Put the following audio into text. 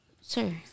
Sir